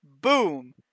Boom